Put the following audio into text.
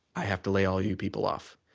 i have to lay all you people off.